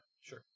sure